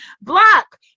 Block